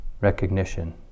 recognition